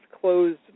closed